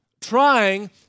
trying